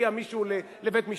הביאה מישהו לבית-משפט,